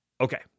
Okay